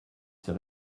ses